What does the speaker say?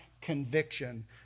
conviction